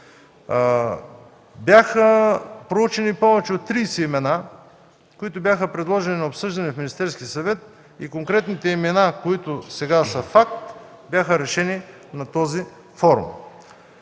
Бяха проучени повече от 30 имена, които бяха предложени на обсъждане в Министерския съвет и конкретните имена, които сега са факт, бяха решени на този форум.